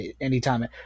anytime